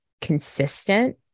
consistent